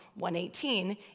118